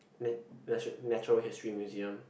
na~ nationa~ Natural History Museum